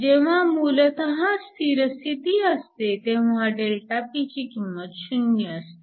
जेव्हा मूलतः स्थिर स्थिती असते तेव्हा ΔP ची किंमत 0 असते